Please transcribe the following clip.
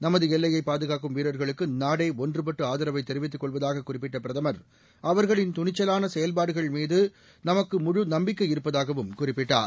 நமது எல்லையைப் பாதுகாக்கும் வீரர்களுக்கு நாடே ஒன்றுபட்டு ஆதரவை தெரிவித்துக் கொள்வதாக குறிப்பிட்ட பிரதமர் அவர்களின் துணிச்சலான செயல்பாடுகள்மீது நமக்கு முழு நம்பிக்கை இருப்பதாகவும் குறிப்பிட்டார்